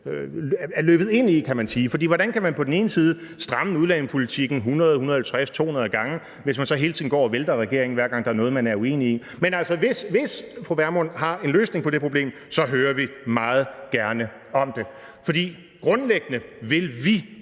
er løbet ind i, kan man sige. For hvordan kan man på den ene side stramme udlændingepolitikken 100, 150, 200 gange, hvis man på den anden side hele tiden går og vælter regeringen, hver gang der er noget, man er uenig i? Men hvis fru Pernille Vermund har en løsning på det problem, hører vi meget gerne om det. Grundlæggende vil vi